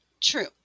True